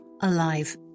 alive